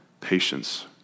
patience